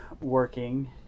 working